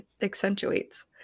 accentuates